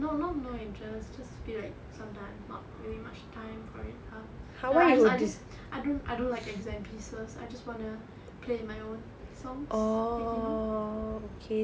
no not no interest just feel like sometimes not very much time for it ah I just I just I don't I don't like exam pieces I just wanna play my own songs and you know